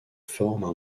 forment